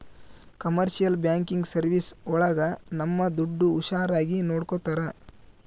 commercial banking service ಒಳಗ ನಮ್ ದುಡ್ಡು ಹುಷಾರಾಗಿ ನೋಡ್ಕೋತರ